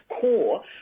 core